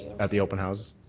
at the open house.